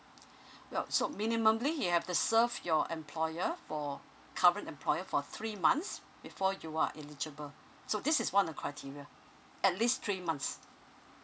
well so minimumly you have to serve your employer for current employer for three months before you are eligible so this is one of the criteria at least three months